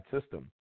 system